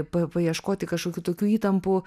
pa paieškoti kažkokių tokių įtampų